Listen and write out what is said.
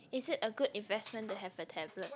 is it a good investment to have a tablet